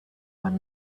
one